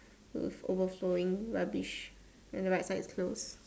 with overflowing rubbish then the right side is closed